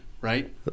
right